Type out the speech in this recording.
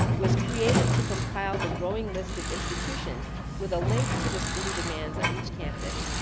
was created to compile the growing list of institutions with a link to the student demands on each campus.